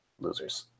losers